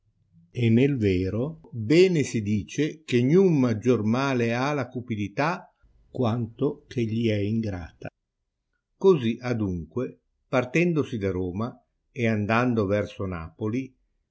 e nel vero bene si dice che niun maggior male ha la cupidità quanto che gli è ingrata cosi adunque partendosi da roma e andando verso napoli